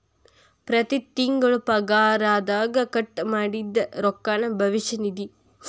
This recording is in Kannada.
ಪ್ರತಿ ತಿಂಗಳು ಪಗಾರದಗ ಕಟ್ ಮಾಡಿದ್ದ ರೊಕ್ಕಾನ ಭವಿಷ್ಯ ನಿಧಿ